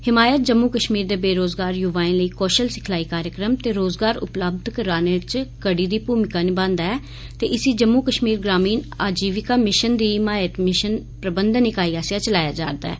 हिमायत जम्मू कश्मीर दे बेरोजगार युवाएं लेई कौशल सिखलाई कार्यक्रम ते रोजगार उपलब्ध कराने च कड़ी दी भूमका निभांदी ऐ ते इसी जम्मू कश्मीर ग्रामीण आजीविक मिशन दी हिमायत मिशन प्रबंधन इकाई आस्सेआ चलाया जा'रदा ऐ